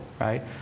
right